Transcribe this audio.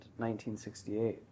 1968